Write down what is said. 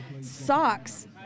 socks